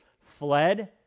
fled